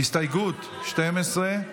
הסתייגות 12 לא